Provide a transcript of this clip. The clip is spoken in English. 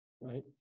right